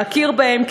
להכיר בהם,